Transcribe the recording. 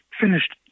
finished